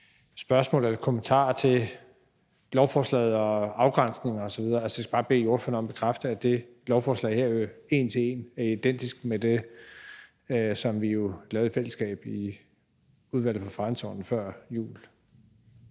spørgsmål eller en kommentar til det om lovforslagets afgrænsning osv. Jeg skal bare bede ordføreren om at bekræfte, at det her lovforslag en til en er identisk med det, vi lavede i fællesskab i Udvalget for Forretningsordenen før jul.